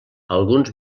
alguns